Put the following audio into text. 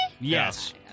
Yes